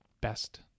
best